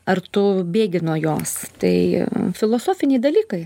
ar tu bėgi nuo jos tai filosofiniai dalykai